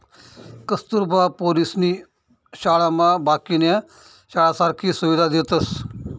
कस्तुरबा पोरीसनी शाळामा बाकीन्या शाळासारखी सुविधा देतस